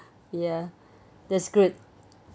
ya that's good